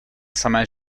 samé